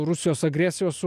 rusijos agresijos